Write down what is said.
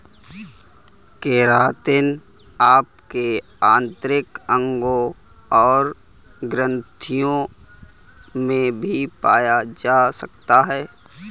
keratin आपके आंतरिक अंगों और ग्रंथियों में भी पाया जा सकता है